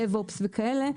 DEVOX וכאלה,